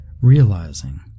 realizing